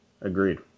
agreed